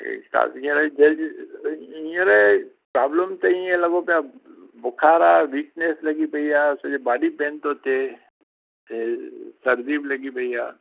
इहे छा हींअर जंहिंजी हींअर प्रॉब्लम त ईअं लॻो पियो आहे बुख़ार आहे वीकनेस लॻी पई आहे सॼो बॉडी पेन थो थिए इहे सर्दी बि लॻी पई आहे